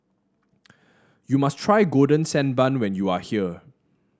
you must try Golden Sand Bun when you are here